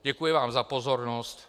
Děkuji vám za pozornost.